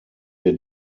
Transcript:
wir